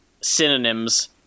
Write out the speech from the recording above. synonyms